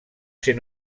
ser